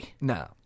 No